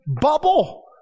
bubble